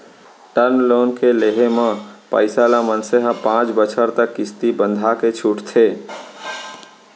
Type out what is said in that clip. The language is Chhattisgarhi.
टर्म लोन के लेहे म पइसा ल मनसे ह पांच बछर तक किस्ती बंधाके छूटथे